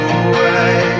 away